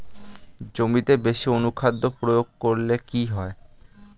জমিতে বেশি অনুখাদ্য প্রয়োগ করলে কি হয়?